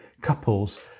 couples